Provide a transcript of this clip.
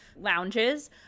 lounges